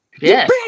Yes